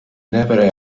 never